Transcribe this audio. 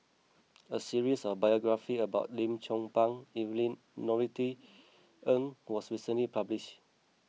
a series of biographies about Lim Chong Pang Evelyn Norothy Ng was recently published